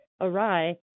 awry